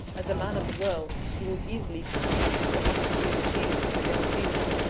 as a man of the world, you will easily conceive what must have been the feelings of a young female,